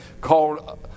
called